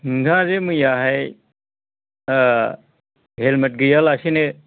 नोंथाङा जे मैयाहाय हेलमेट गैयालासेनो